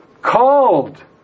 called